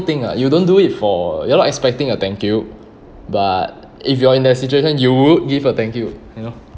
thing ah you don't do it for you're not expecting a thank you but if you are in their situation you would give a thank you you know